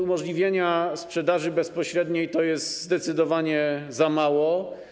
Umożliwienie sprzedaży bezpośredniej w 2 dni to jest zdecydowanie za mało.